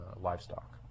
livestock